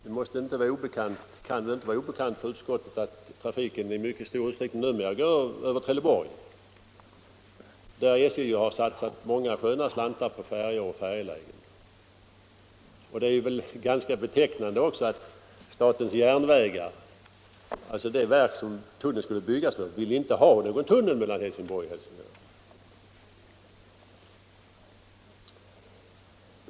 Det kan väl inte vara obekant för utskottet att trafiken numera i mycket stor utsträckning går över Trelleborg, där SJ har satsat många sköna slantar på färjor och färjelägen. Det är väl också ganska betecknande att SJ, det verk som tunneln skulle byggas för, inte vill ha någon tunnel mellan Helsingborg och Helsingör.